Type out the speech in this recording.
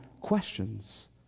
questions